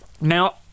Now